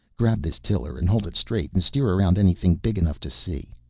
grab this tiller and hold it straight and steer around anything big enough to see.